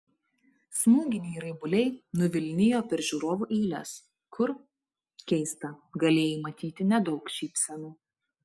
smūginiai raibuliai nuvilnijo per žiūrovų eiles kur keista galėjai matyti nedaug šypsenų